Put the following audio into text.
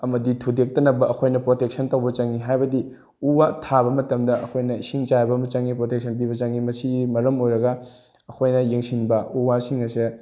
ꯑꯃꯗꯤ ꯊꯨꯗꯦꯛꯇꯅꯕ ꯑꯩꯈꯣꯏꯅ ꯄ꯭ꯔꯣꯇꯦꯛꯁꯟ ꯇꯧꯕ ꯆꯪꯉꯤ ꯍꯥꯏꯕꯗꯤ ꯎ ꯋꯥ ꯊꯥꯕ ꯃꯇꯝꯗ ꯑꯩꯈꯣꯏꯅ ꯏꯁꯤꯡ ꯆꯥꯏꯕ ꯑꯃ ꯆꯪꯉꯤ ꯄ꯭ꯔꯣꯇꯦꯛꯁꯟ ꯄꯤꯕ ꯆꯪꯉꯤ ꯃꯁꯤꯒꯤ ꯃꯔꯝ ꯑꯣꯏꯔꯒ ꯑꯩꯈꯣꯏꯅ ꯌꯦꯡꯁꯤꯟꯕ ꯎ ꯋꯥꯁꯤꯡ ꯑꯁꯦ